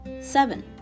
Seven